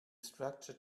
structure